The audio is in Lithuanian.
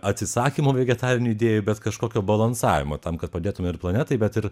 atsisakymo vegetarinių idėjų bet kažkokio balansavimo tam kad padėtume ir planetai bet ir